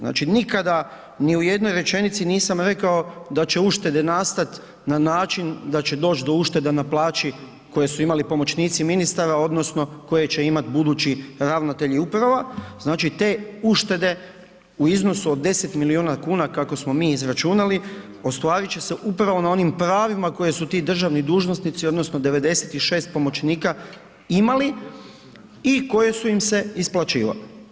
Znači nikada ni u jednoj rečenici nisam rekao da će uštede nastat na način da će doći do ušteda na plaći koje su imali pomoćnici ministara odnosno koje će imati budući ravnatelji uprava, znači te uštede u iznosu od 10 milijuna kuna kako smo mi izračunali, ostvarit će se upravo na onim pravima koje su ti državni dužnosnici odnosno 96 pomoćnika imali i koje su im se isplaćivale.